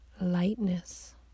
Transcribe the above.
lightness